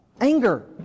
Anger